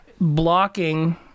blocking